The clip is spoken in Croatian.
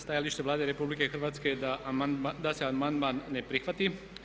Stajalište Vlade RH je da se amandman ne prihvati.